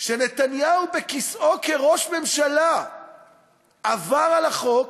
שנתניהו בכיסאו כראש ממשלה עבר על החוק,